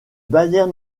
bayern